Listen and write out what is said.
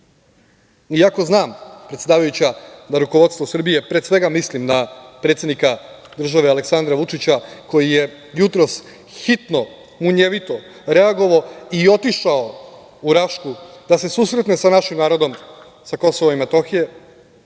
ako znam, predsedavajuća, da rukovodstvo Srbije, pre svega mislim na predsednika države Aleksandra Vučića, koji je jutros hitno, munjevito reagovao i otišao u Rašku da se susretne sa našim narodom sa KiM, da satima